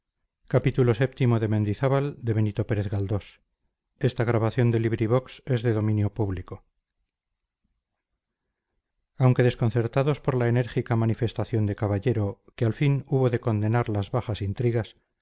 andar aunque desconcertados por la enérgica manifestación de caballero que al fin hubo de condenar las bajas intrigas